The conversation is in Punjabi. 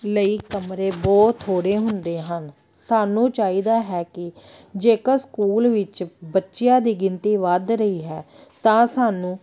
ਲਈ ਕਮਰੇ ਬਹੁਤ ਥੋੜੇ ਹੁੰਦੇ ਹਨ ਸਾਨੂੰ ਚਾਹੀਦਾ ਹੈ ਕਿ ਜੇਕਰ ਸਕੂਲ ਵਿੱਚ ਬੱਚਿਆਂ ਦੀ ਗਿਣਤੀ ਵੱਧ ਰਹੀ ਹੈ ਤਾਂ ਸਾਨੂੰ